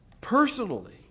personally